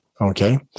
Okay